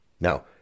Now